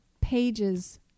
pages